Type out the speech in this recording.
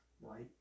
right